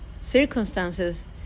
circumstances